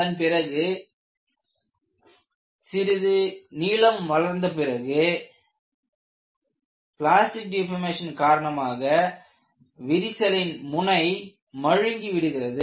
அதன்பிறகு சிறிது நீளம் வளர்ந்து பிறகு பிளாஸ்டிக் டீபர்மேஷன் காரணமாக முனை மழுங்கி விடுகிறது